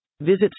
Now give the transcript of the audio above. Visit